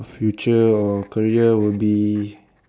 future or career would be